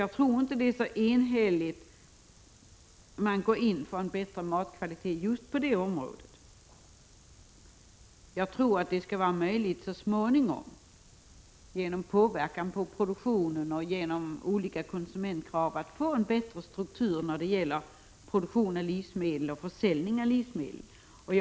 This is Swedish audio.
Jag tror inte att man går in så enhälligt för en bättre matkvalitet just på det området. Jag tror att det skall vara möjligt att så småningom få en bättre struktur när det gäller produktionen och försäljningen av livsmedel genom påverkan av produktionen och genom olika konsumentkrav.